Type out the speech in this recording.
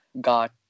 got